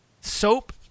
soap